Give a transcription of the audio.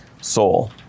soul